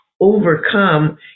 overcome